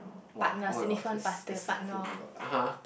!wah! oh-my-god that's that's oh-my-god (uh huh)